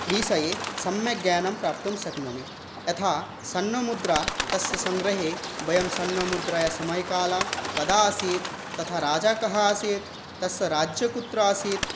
विषये सम्यक् ज्ञानं प्राप्तुं शक्नोमि यथा षण्मुद्राः तस्य सङ्ग्रहे वयं षण्मुद्रायाः समयः कालः कदा आसीत् तथा राजा कः आसीत् तस्य राज्यं कुत्र आसीत्